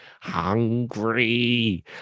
hungry